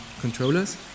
controllers